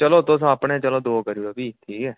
चलो तुस्स अपने चलो दो करी उड़ेयो फ्ही